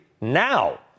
now